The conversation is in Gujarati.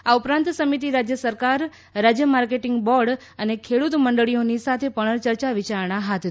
આ ઉપરાંત આ સમિતિ રાજ્ય સરકાર રાજ્ય માર્કેટિંગ બોર્ડ ખેડૂત મંડળીઓની સાથે પણ ચર્ચા વિચારણા હાથ ધરશે